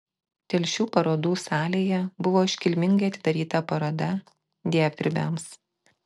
telšių parodų salėje buvo iškilmingai atidaryta paroda dievdirbiams